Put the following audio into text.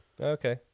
Okay